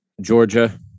Georgia